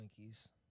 Twinkies